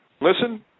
listen